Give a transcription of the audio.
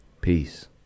peace